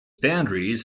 boundaries